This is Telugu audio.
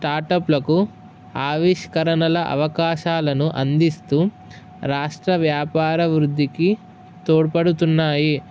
స్టార్టప్లకు ఆవిష్కరణల అవకాశాలను అందిస్తూ రాష్ట్ర వ్యాపార వృద్ధికి తోడ్పడుతున్నాయి